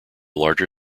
larger